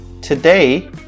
today